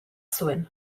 zuen